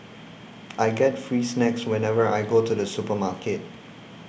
I get free snacks whenever I go to the supermarket